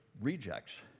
rejects